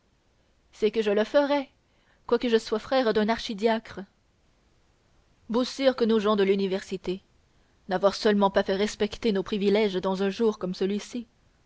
c'est que je le ferais quoique je sois frère d'un archidiacre beaux sires que nos gens de l'université n'avoir seulement pas fait respecter nos privilèges dans un jour comme celui-ci